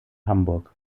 hamburg